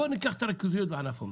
בואי ניקח את הריכוזיות בענף המזון.